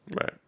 Right